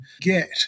get